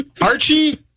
Archie